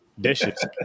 dishes